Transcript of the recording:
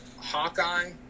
Hawkeye